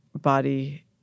body